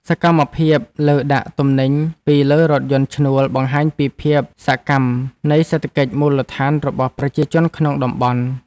សកម្មភាពលើកដាក់ទំនិញពីលើរថយន្តឈ្នួលបង្ហាញពីភាពសកម្មនៃសេដ្ឋកិច្ចមូលដ្ឋានរបស់ប្រជាជនក្នុងតំបន់។